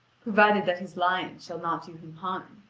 provided that his lion shall not do him harm.